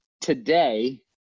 today